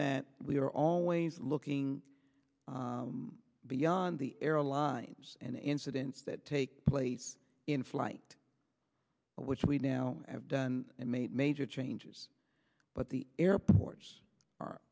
that we are always looking beyond the airlines and incidents that take place in flight which we now have done and made major changes but the airports are